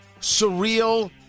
Surreal